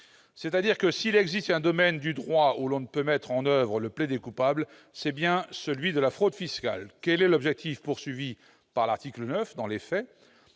dit, s'il existe un domaine du droit où l'on ne peut mettre en oeuvre le plaider-coupable, c'est bien celui de la fraude fiscale ! Quel est l'objectif de l'article 9 ? Dans les faits,